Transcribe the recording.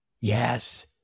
Yes